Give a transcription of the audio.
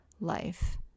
life